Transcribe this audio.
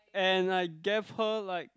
and I gave her like